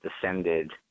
descended